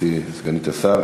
גברתי סגנית השר.